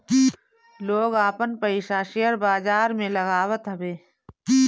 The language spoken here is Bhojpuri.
लोग आपन पईसा शेयर बाजार में लगावत हवे